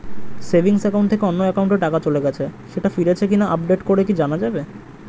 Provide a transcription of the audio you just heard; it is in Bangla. সেভিংস একাউন্ট থেকে অন্য একাউন্টে টাকা চলে গেছে সেটা ফিরেছে কিনা আপডেট করে কি জানা যাবে?